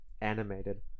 animated